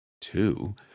Two